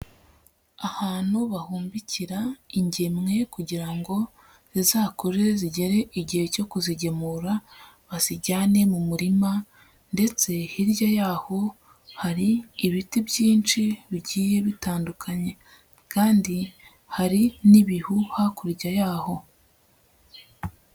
Ahantu bahumbikira ingemwe kugira ngo zizakure zigere igihe cyo kuzigemura bazijyane mu murima ndetse hirya yaho hari ibiti byinshi bigiye bitandukanye. Kandi hari n'ibihu hakurya yaho.